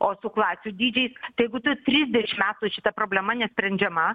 o su klasių dydžiais tai jeigu tu trisdešim metų šita problema nesprendžiama